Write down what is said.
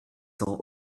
cents